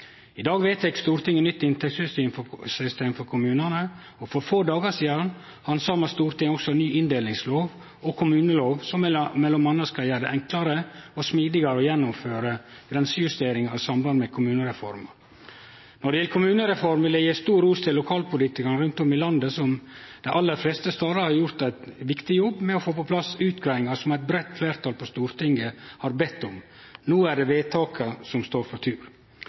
I dag vedtek Stortinget nytt inntektssystem for kommunane, og for få dagar sidan handsama Stortinget også ny inndelingslov og kommunelov, som m.a. skal gjere det enklare og smidigare å gjennomføre grensejusteringar i samband med kommunereforma. Når det gjeld kommunereforma, vil eg gje stor ros til lokalpolitikarane rundt om i landet som dei aller fleste stadar har gjort ein viktig jobb med å få på plass utgreiingar som eit breitt fleirtal på Stortinget har bede om. No er det vedtaka som står for tur.